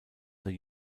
der